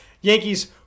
Yankees